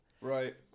right